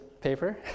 paper